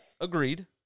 agreed